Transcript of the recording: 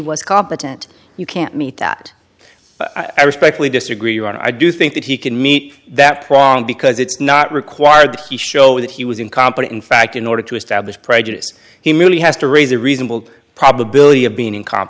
was competent you can't meet that i respectfully disagree or i do think that he can meet that prong because it's not required that he show that he was incompetent in fact in order to establish prejudice he merely has to raise a reasonable probability of being in co